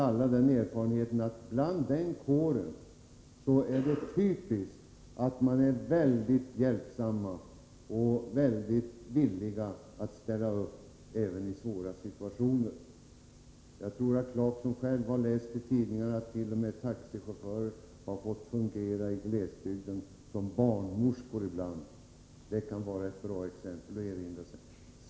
I den kåren är det typiskt att man är mycket hjälpsam och villig att ställa upp även i svåra situationer — den erfarenheten har vi väl alla. Jag tror att Rolf Clarkson själv har läst i tidningarna om att taxichaufförer i glesbygder ibland t.o.m. fått fungera som barnmorskor — det kan vara ett bra exempel att erinra sig.